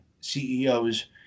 CEOs